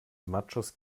machos